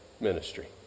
ministry